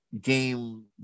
game